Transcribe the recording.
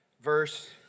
verse